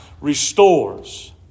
restores